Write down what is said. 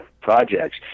projects